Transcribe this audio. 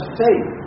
faith